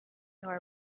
nor